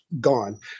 gone